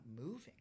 moving